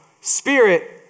Spirit